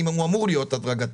אם הוא אמור להיות הדרגתי.